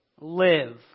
live